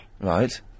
Right